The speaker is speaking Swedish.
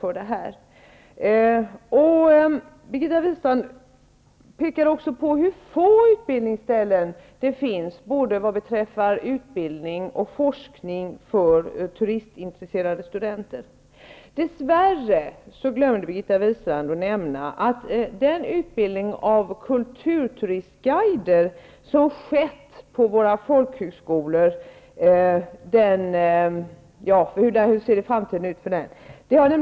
Birgitta Wistrand påpekade också hur få utbildningsställen det finns vad beträffar både utbildning och forskning för turistintresserade studenter. Dess värre glömde Birgitta Wistrand nämna den utbildning av kulturturistguider som skett på våra folkhögskolor och hur framtiden ser ut för denna utbildning.